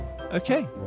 Okay